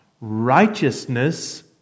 righteousness